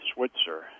Switzer